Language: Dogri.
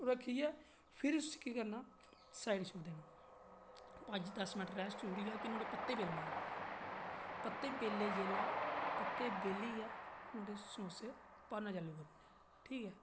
ओह् रक्खियै फ्ही उसी केह् करना साइड अप्पर छोडी देना पंज दस मिन्ट रेस्ट करियै फ्ही नुआढ़े पत्ते बेलने पते बेले जेल्लै पत्ते बेलियै नुआढ़े च समोसे भरना चालू करी ओड़ना ठीक ऐ